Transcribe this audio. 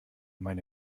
meine